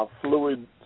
fluid